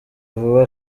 vuba